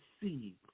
see